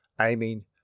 aiming